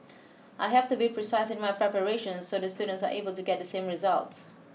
I have to be precise in my preparations so the students are able to get the same results